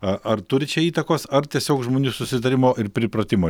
ar ar turi čia įtakos ar tiesiog žmonių susitarimo ir pripratimo